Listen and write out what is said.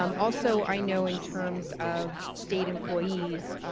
um also, i know in terms of state employees.